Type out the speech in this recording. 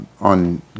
on